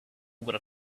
were